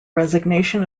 resignation